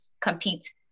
compete